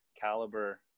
caliber